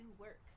work